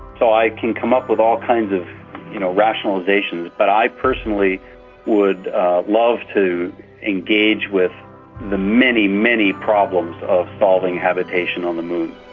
so i can come up with all kinds of you know rationalisations, but i personally would love to engage with the many, many problems of solving habitation on the moon.